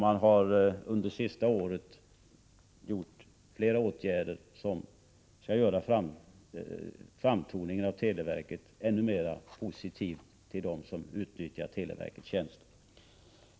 Man har under det sista året vidtagit flera åtgärder som skall göra framtoningen av televerket mera positiv för dem som utnyttjar televerkets tjänster.